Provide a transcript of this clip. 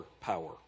power